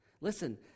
listen